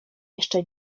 jeszcze